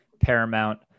paramount